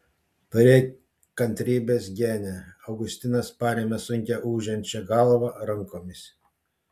turėk kantrybės gene augustinas parėmė sunkią ūžiančią galvą rankomis